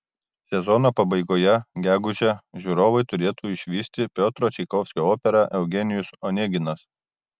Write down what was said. sezono pabaigoje gegužę žiūrovai turėtų išvysti piotro čaikovskio operą eugenijus oneginas